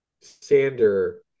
Sander